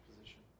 position